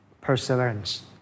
perseverance